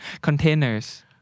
Containers